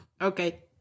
Okay